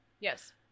yes